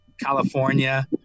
California